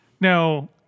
Now